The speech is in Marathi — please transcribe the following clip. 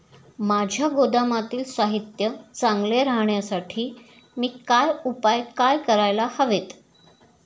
माझ्या गोदामातील साहित्य चांगले राहण्यासाठी मी काय उपाय काय करायला हवेत?